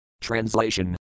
Translation